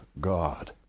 God